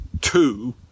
two